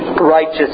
righteous